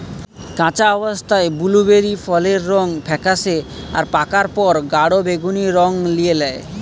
কাঁচা অবস্থায় বুলুবেরি ফলের রং ফেকাশে আর পাকার পর গাঢ় বেগুনী রং লিয়ে ল্যায়